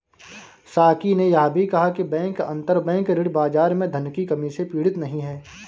साकी ने यह भी कहा कि बैंक अंतरबैंक ऋण बाजार में धन की कमी से पीड़ित नहीं हैं